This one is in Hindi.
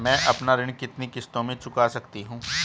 मैं अपना ऋण कितनी किश्तों में चुका सकती हूँ?